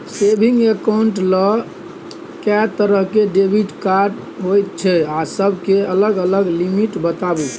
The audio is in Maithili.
सेविंग एकाउंट्स ल के तरह के डेबिट कार्ड होय छै आ सब के अलग अलग लिमिट बताबू?